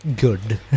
Good